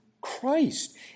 Christ